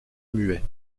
muet